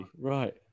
right